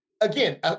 again